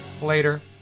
Later